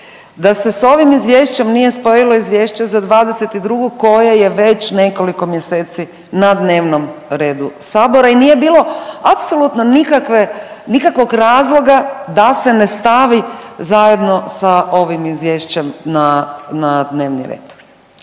da se s ovim izvješćem nije spojilo izvješće za '22. koje je već nekoliko mjeseci na dnevnom redu sabora i nije bilo apsolutno nikakve, nikakvog razloga da se ne stavi zajedno sa ovim izvješćem na, na dnevni red.